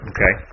Okay